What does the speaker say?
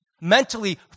mentally